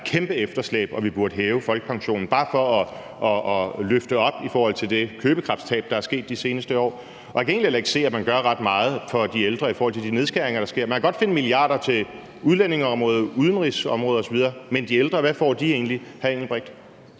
er et kæmpe efterslæb og vi burde hæve folkepensionen bare for at løfte den op i forhold til det købekraftstab, der er sket de seneste år. Og jeg kan egentlig heller ikke se, at man gør ret meget for de ældre i forhold til de nedskæringer, der sker. Man kan godt finde milliarder til udlændingeområdet og udenrigsområdet osv., men hvad får de ældre egentlig,